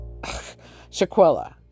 Shaquilla